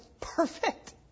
perfect